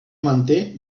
manté